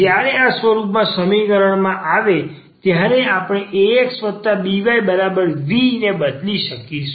જ્યારે આ સ્વરૂપમાં સમીકરણ આપવામાં આવે ત્યારે આપણે axbyv ને બદલી શકીશું